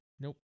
Nope